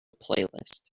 playlist